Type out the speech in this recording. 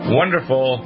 wonderful